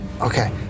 Okay